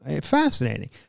Fascinating